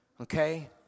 okay